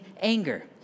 anger